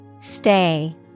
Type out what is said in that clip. Stay